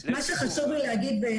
מה שחשוב לי לומר,